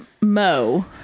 Mo